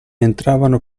entravano